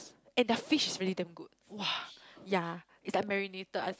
and their fish is really damn good !wah! yea it's unmarinated us